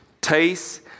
taste